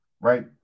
right